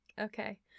okay